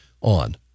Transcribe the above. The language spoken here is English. on